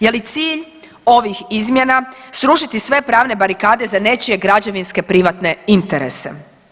Je li cilj ovih izmjena srušiti sve pravne barikade za nečije građevinske privatne interese?